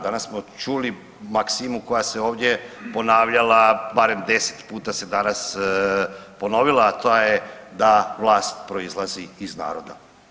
Danas smo čuli maksimu koja se ovdje ponavljala barem 10 puta se danas ponovila, a ta je da vlast proizlazi iz naroda.